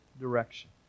direction